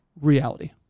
reality